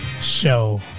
Show